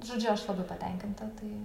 žodžiu aš labai patenkinta tai